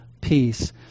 peace